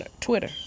Twitter